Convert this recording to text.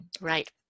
Right